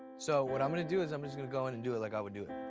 so, what i'm gonna do is, i'm just gonna go in and do it like i would do it.